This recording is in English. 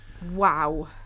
Wow